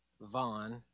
Vaughn